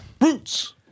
roots